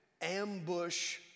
ambush